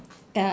err